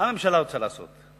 מה הממשלה רוצה לעשות?